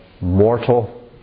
mortal